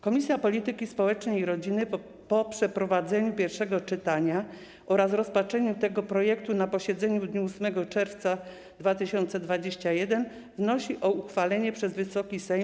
Komisja Polityki Społecznej i Rodziny po przeprowadzeniu pierwszego czytania oraz rozpatrzeniu tego projektu ustawy na posiedzeniu w dniu 8 czerwca 2021 r. wnosi o uchwalenie go przez Wysoki Sejm.